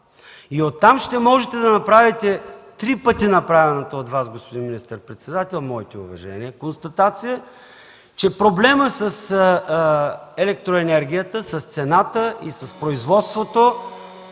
Оттам ще можете да направите три пъти направената от Вас констатация, господин министър-председател, моите уважения към Вас, че проблемът с електроенергията, с цената и с производството